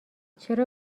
چرا